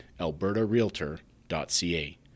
albertarealtor.ca